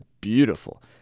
beautiful